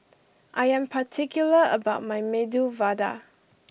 I am particular about my Medu Vada